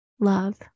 love